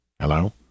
hello